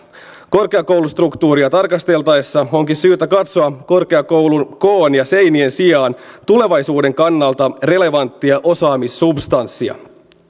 korkeakoulustruktuuria tarkasteltaessa onkin syytä katsoa korkeakoulun koon ja seinien sijaan tulevaisuuden kannalta relevanttia osaamissubstanssia